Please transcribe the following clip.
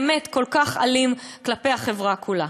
באמת, כל כך אלים כלפי החברה כולה.